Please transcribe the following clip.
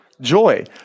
Joy